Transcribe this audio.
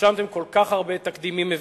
רשמתם כל כך הרבה תקדימים מביכים.